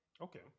Okay